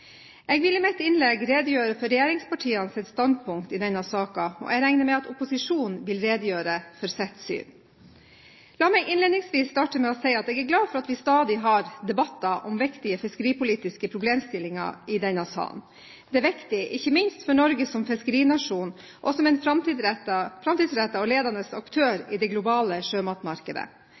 Jeg vil i mitt innlegg redegjøre for regjeringspartienes standpunkt i denne saken, og jeg regner med at opposisjonen vil redegjøre for sitt syn. La meg innledningsvis starte med å si at jeg er glad for at vi stadig har debatter om viktige fiskeripolitiske problemstillinger i denne salen. Det er viktig, ikke minst for Norge som fiskerinasjon, og som en framtidsrettet og ledende aktør i det globale sjømatmarkedet.